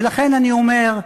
ולכן אני אומר: